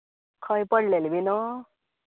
खंय पडलेले बीन